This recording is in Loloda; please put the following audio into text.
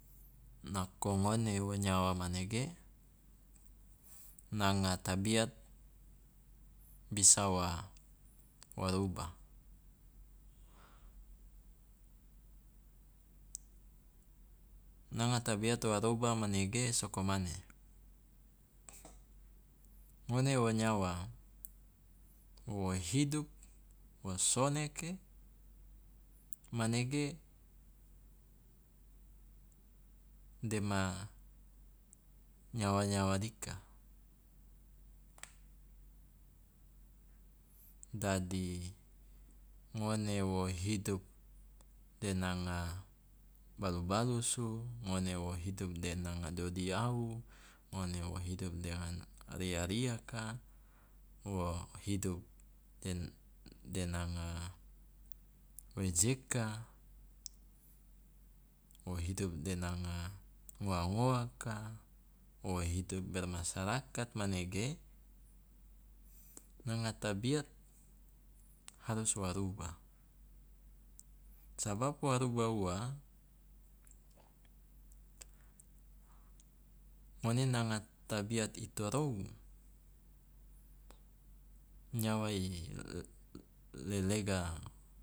Nako ngone wo nyawa manege nanga tabiat bisa wa wa rubah, nanga tabiat wa roba manege soko mane, ngone wo nyawa wo hidup, wo soneke, manege dema nyawa nayawa dika dadi ngone wo hidup de nanga balu balusu, ngone wo hidup de nanga dodiawu, ngone wo hidup dengan ria- riaka, wo hidup den- de nanga wejeka, wo hidup de nanga ngowa ngowaka, wo hidup bermasyarakat manege nanga tabiat harus wa rubah, sabab wa rubah ua ngone nanga tabiat i torou nyawa i l- l- lelega